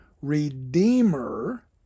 Redeemer